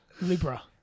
Libra